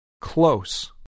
Close